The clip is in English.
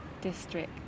district